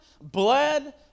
bled